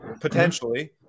potentially